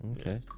Okay